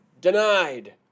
Denied